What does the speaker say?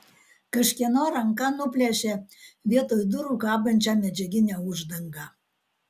kažkieno ranka nuplėšė vietoj durų kabančią medžiaginę uždangą